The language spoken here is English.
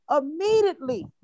Immediately